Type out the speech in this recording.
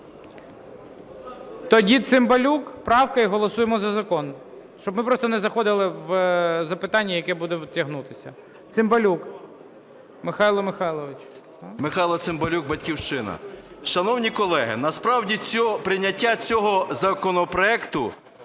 Тоді Цимбалюк правка, і голосуємо за закон. Щоб ми просто не заходили в запитання, яке буде тягнутися. Цимбалюк Михайло Михайлович. 14:53:53 ЦИМБАЛЮК М.М. Михайло Цимбалюк, "Батьківщина". Шановні колеги! Насправді, прийняття цього законопроекту